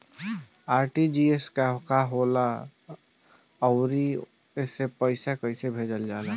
RTGS का होला आउरओ से पईसा कइसे भेजल जला?